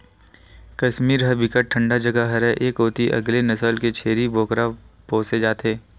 कस्मीर ह बिकट ठंडा जघा हरय ए कोती अलगे नसल के छेरी बोकरा पोसे जाथे